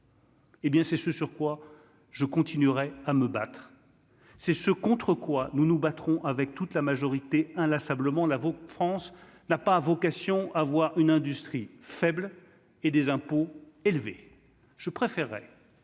Eh bien, c'est ce sur quoi je continuerai à me battre, c'est ce contre quoi nous nous battrons avec toute la majorité, inlassablement, la France n'a pas vocation à avoir une industrie faible et des impôts élevés, je préférerais